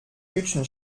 hütchen